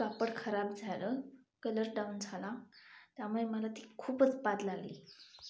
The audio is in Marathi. कापड खराब झालं कलर डंब झाला त्यामुळे मला ती खूपच बाद लागली